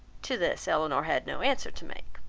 to this elinor had no answer to make,